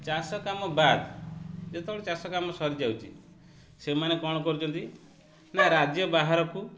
ଚାଷ କାମ ବାଦ ଯେତେବେଳେ ଚାଷ କାମ ସରି ଯାଉଛି ସେମାନେ କ'ଣ କରୁଛନ୍ତି ନା ରାଜ୍ୟ ବାହାରକୁ